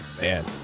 Man